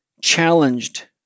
challenged